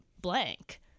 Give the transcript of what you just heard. blank